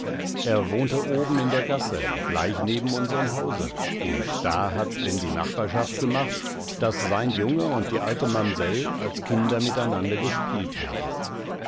er wohnte oben in der gasse gleich neben unserem hause und da hat's denn die nachbarschaft gemacht daß sein junge und die alte mamsell als kinder miteinander gespielt haben